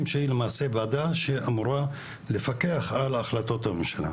שהיא למעשה ועדה שאמורה לפקח על החלטות הממשלה.